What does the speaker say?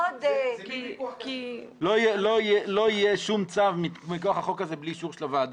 לא יהיה שום צו מכוח החוק הזה בלי אישור של הוועדה.